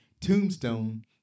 tombstone